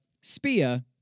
Spear